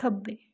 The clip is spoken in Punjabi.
ਖੱਬੇ